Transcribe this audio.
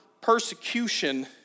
persecution